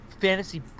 fantasy